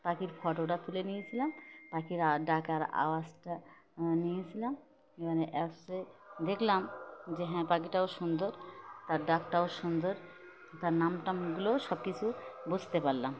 পাখির ফটোটা তুলে নিয়েছিলাম পাখির ডাকার আওয়াজটা নিয়েছিলাম এবার মানে অ্যাপসে দেখলাম যে হ্যাঁ পাখিটাও সুন্দর তার ডাকটাও সুন্দর তার নাম টামগুলোও সব কিছু বুঝতে পারলাম